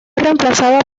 reemplazada